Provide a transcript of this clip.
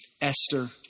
Esther